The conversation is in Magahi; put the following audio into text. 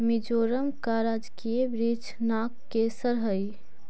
मिजोरम का राजकीय वृक्ष नागकेसर हई